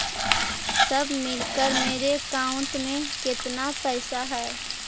सब मिलकर मेरे अकाउंट में केतना पैसा है?